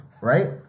right